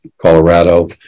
Colorado